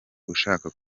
ushaka